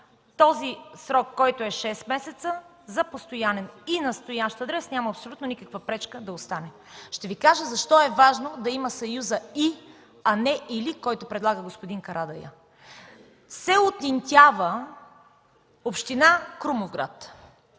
този срок, който е от шест месеца за постоянен и настоящ адрес, няма абсолютно никаква пречка да остане. Ще Ви кажа защо е важно да има съюзът „и”, а не „или”, както предлага господин Карадайъ. В село Тинтява, община Крумовград